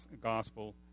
gospel